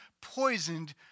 poisoned